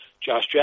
Josh